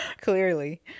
Clearly